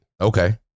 okay